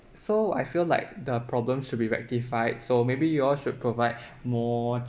so I feel like the problem should be rectified so maybe you all should provide more